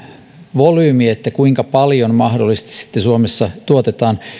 volyymi kuinka paljon mahdollisesti sitten suomessa tuotetaan